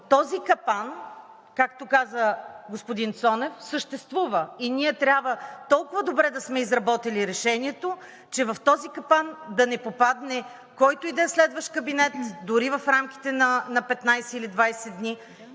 този капан, както каза господин Цонев, съществува и ние трябва толкова добре да сме изработили решението, че в този капан да не попадне който и да е следващ кабинет, дори в рамките на 15 или 20 дни,